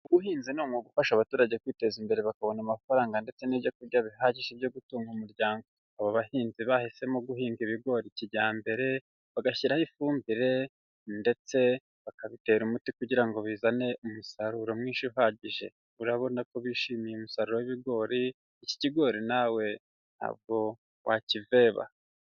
Ubuhinzi ni umwuga ufasha abaturage kwiteza imbere bakabona amafaranga ndetse n'ibyokurya bihagije byo gutunga umuryango. Aba bahinzi bahisemo guhinga ibigori kijyambere, bagashyiraho ifumbire ndetse bakabitera umuti kugira ngo bizane umusaruro mwinshi uhagije. Urabona ko bishimiye umusaruro w'ibigori, iki kigori nawe ntabwo wakiveba.